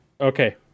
Okay